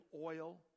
oil